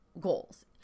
goals